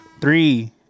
three